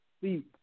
See